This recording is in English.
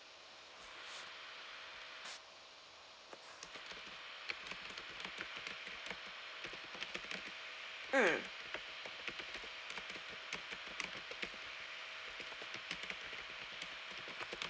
mm